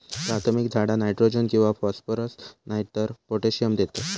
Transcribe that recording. प्राथमिक झाडा नायट्रोजन किंवा फॉस्फरस नायतर पोटॅशियम देतत